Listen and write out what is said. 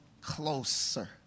closer